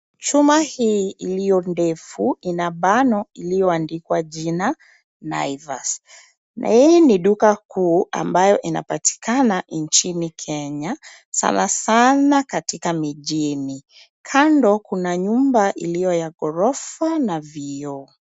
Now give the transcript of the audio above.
Chuma hii iliyo ndefu ina bano iliyoandikwa jina Naivas. Hii ni duka kuu ambayo inapatikana nchini Kenya, sana sana katika mijini. Kando kuna nyumba iliyo ya ghorofa na vioo.